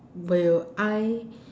will I